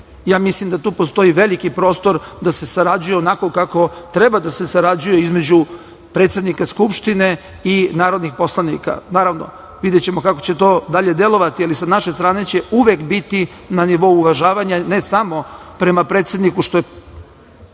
Mislim da tu postoji veliki prostor da se sarađuje onako kako treba da se sarađuje između predsednika Skupštine i narodnih poslanika. Naravno, videćemo kako će to delovati, ali sa naše strane će uvek biti na nivou uvažavanja, ne samo prema predsedniku, što je